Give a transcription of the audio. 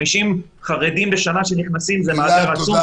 50 חרדים שנכנסים בשנה זה מאגר עצום,